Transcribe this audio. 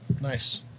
Nice